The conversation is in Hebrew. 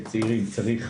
צריך